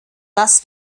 dass